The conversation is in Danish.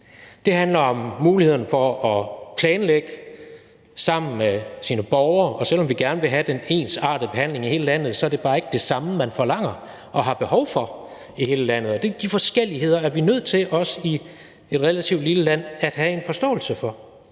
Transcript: det handler om mulighederne for at planlægge sammen med sine borgere. Og selv om vi gerne vil have den ensartede behandling i hele landet, så er det bare ikke det samme, man forlanger og har behov for i hele landet, og de forskelligheder er vi også nødt til i et relativt lille land at have en forståelse for,